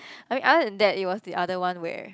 I mean other than that it was the other one where